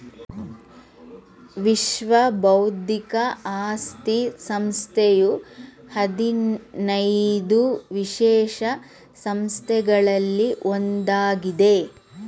ವಿಶ್ವ ಬೌದ್ಧಿಕ ಆಸ್ತಿ ಸಂಸ್ಥೆಯು ಹದಿನೈದು ವಿಶೇಷ ಸಂಸ್ಥೆಗಳಲ್ಲಿ ಒಂದಾಗಿದೆ